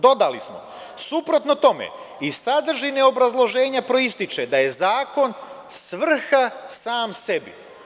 Dodali smo, suprotno tome, iz sadržine obrazloženja proističe da je zakon svrha sam sebi.